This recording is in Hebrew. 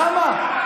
אוסאמה,